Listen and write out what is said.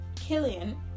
Killian